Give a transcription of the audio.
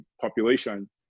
population